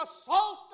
assault